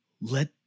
let